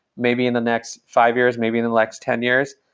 maybe in the next five years, maybe in the next ten years,